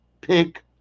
pick